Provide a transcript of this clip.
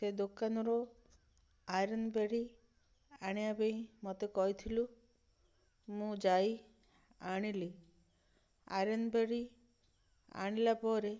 ସେ ଦୋକାନରୁ ଆଇରନ୍ ପେଡ଼ି ଆଣିବା ପାଇଁ ମୋତେ କହିଥିଲୁ ମୁଁ ଯାଇ ଆଣିଲି ଆଇରନ୍ ପେଡ଼ି ଆଣିଲା ପରେ